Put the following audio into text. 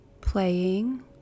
Playing